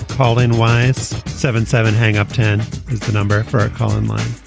calling wise seven seven hang up ten is the number for column line.